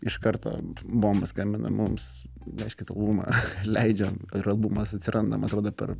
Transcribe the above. iš karto bomba skambina mums neškit albumą leidžiam ir albumas atsiranda atrodo per